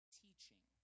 teaching